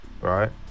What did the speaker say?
Right